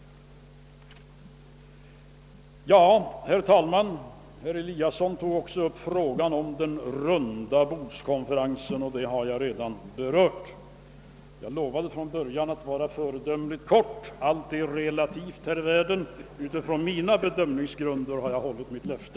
Herr Eliasson i Sundborn tog också upp frågan om rundabordskonferensen. Det spörsmålet har jag emellertid redan berört. Jag lovade från början att vara föredömligt kortfattad, men allt här i världen är relativt. Utifrån mina bedömningsgrunder har jag hållit mitt löfte.